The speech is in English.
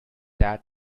that